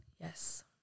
Yes